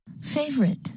Favorite